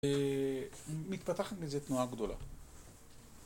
מתפתחת לזה תנועה גדולה.